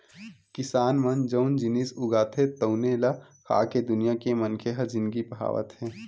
किसान मन जउन जिनिस उगाथे तउने ल खाके दुनिया के मनखे ह जिनगी पहावत हे